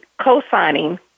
co-signing